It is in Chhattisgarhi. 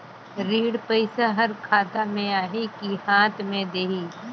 ऋण पइसा हर खाता मे आही की हाथ मे देही?